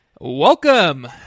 Welcome